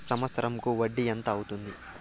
సంవత్సరం కు వడ్డీ ఎంత అవుతుంది?